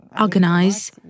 organize